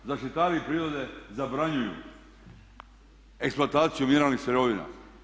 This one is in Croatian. Zaštitari prirode zabranjuju eksploataciju mineralnih sirovina.